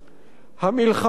עמיתי חברי הכנסת,